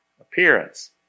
appearance